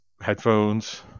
headphones